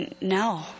No